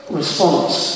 response